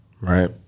right